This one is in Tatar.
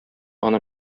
аны